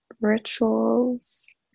rituals